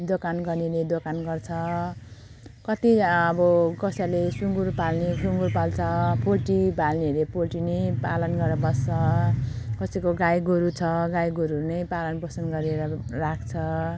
दोकान गर्नेले दोकान गर्छ कति अब कसैले सुँगुर पाल्ने सुँगुर पाल्छ पोल्ट्री पाल्नेहरू पोल्ट्री नै पालन गरेर बस्छ कसैको गाईगोरु छ गाईगोरु नै पालनपोषण गरेर राख्छ